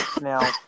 Now